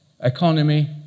Economy